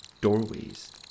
doorways